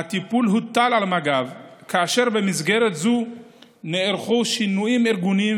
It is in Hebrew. הטיפול הוטל על מג"ב כאשר במסגרת זו נערכו שינויים ארגוניים